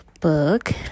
book